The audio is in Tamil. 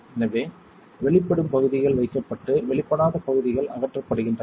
எனவே வெளிப்படும் பகுதிகள் வைக்கப்பட்டு வெளிப்படாத பகுதிகள் அகற்றப்படுகின்றன